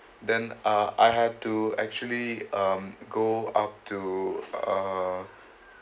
then uh I had to actually um go up to uh